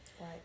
Right